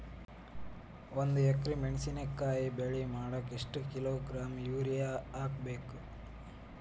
ಒಂದ್ ಎಕರೆ ಮೆಣಸಿನಕಾಯಿ ಬೆಳಿ ಮಾಡಾಕ ಎಷ್ಟ ಕಿಲೋಗ್ರಾಂ ಯೂರಿಯಾ ಹಾಕ್ಬೇಕು?